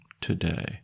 today